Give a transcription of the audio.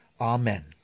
Amen